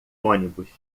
ônibus